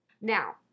Now